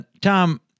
Tom